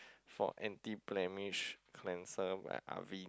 for anti blemish cleanser like Avene